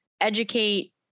educate